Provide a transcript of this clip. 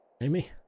Amy